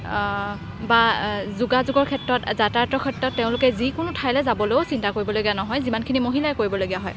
বা যোগাযোগৰ ক্ষেত্ৰত যাতায়তৰ ক্ষেত্ৰত তেওঁলোকে যিকোনো ঠাইলৈ যাবলৈয়ো চিন্তা কৰিবলগীয়া নহয় যিমানখিনি মহিলাই কৰিবলগীয়া হয়